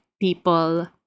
people